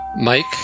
Mike